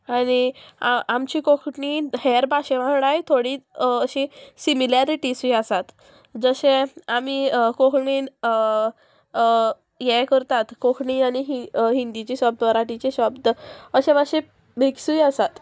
आनी आमची कोंकणीन हेर भाशे वांगडाय थोडी अशी सिमिलॅरिटीजूय आसात जशे आमी कोंकणीन ये करतात कोंकणी आनी हिंदीचे शब्द मराठीचे शब्द अशे मातशे मिक्सूय आसात